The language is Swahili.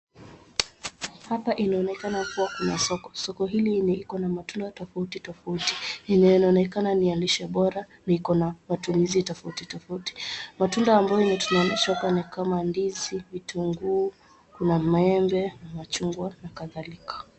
Hapa inaonekana kuwa kuna soko. Soko hili yenye iko na matunda tofauti tofauti yenye inaonekana ni ya lishe bora na iko na matumizi tofauti tofauti. Matunda ambayo yenye tunaonyeshwa hapa ni kama ndizi, vitunguu kuna maembe, machungwa na kadhalika.